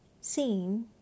seen